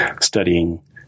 studying